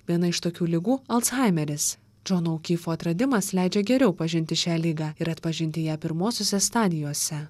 viena iš tokių ligų alzhaimeris džono aukyfo atradimas leidžia geriau pažinti šią ligą ir atpažinti ją pirmosiose stadijose